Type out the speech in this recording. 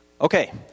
Okay